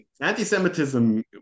Anti-Semitism